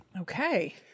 Okay